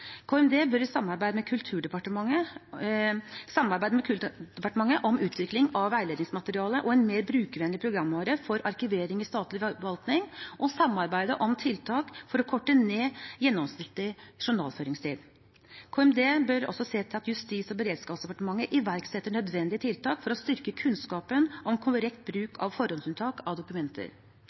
KMD bør samarbeide med Kulturdepartementet om utvikling av veiledningsmateriale og en mer brukervennlig programvare for arkivering i statlig forvaltning. De bør også samarbeide med Kulturdepartementet om tiltak for å korte ned gjennomsnittlig journalføringstid. KMD bør også se til at Justis- og beredskapsdepartementet iverksetter nødvendige tiltak for å styrke kunnskapen om korrekt bruk av forhåndsunntak av dokumenter.